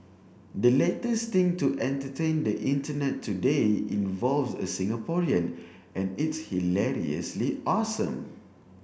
the latest thing to entertain the Internet today involves a Singaporean and it's hilariously awesome